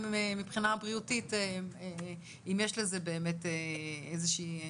מבחינה בריאותית אם יש לזה באמת איזה שהיא השפעה.